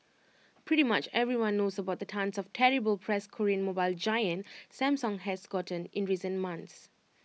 pretty much everyone knows about the tonnes of terrible press Korean mobile giant Samsung has gotten in recent months